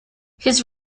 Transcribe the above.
his